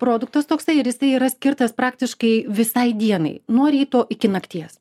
produktas toksai ir jisai yra skirtas praktiškai visai dienai nuo ryto iki nakties